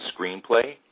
Screenplay